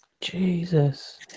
Jesus